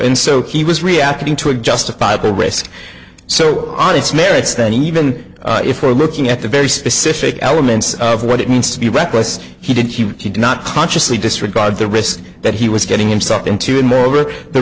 in so he was reacting to a justifiable risk so on its merits that even if we're looking at the very specific elements of what it means to be reckless he did he did not consciously disregard the risk that he was getting himself into and moreover the